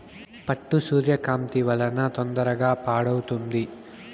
పట్టు సూర్యకాంతి వలన తొందరగా పాడవుతుంది